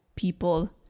people